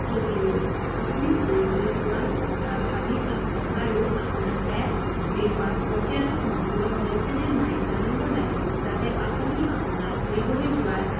কেনেৰিঅ' আপুনি ফুৰিবলৈ যোৱাৰ কথা ভাবি আছে আৰু আপোনাৰ টেক্স ৰিফাণ্ড প্ৰক্ৰিয়াটো সম্পূৰ্ণ হৈছেনে নাই জানিব লাগিব যাতে আপুনি আপোনাৰ ফুৰিবলৈ যোৱাৰ